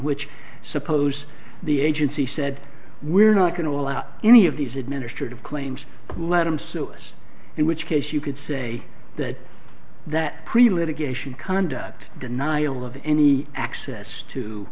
which suppose the agency said we're not going to allow any of these administrative claims let him so us in which case you could say that that pre lit a geisha conduct denial of any access to